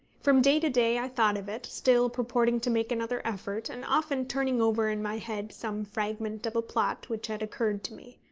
from day to day i thought of it, still purporting to make another effort, and often turning over in my head some fragment of a plot which had occurred to me.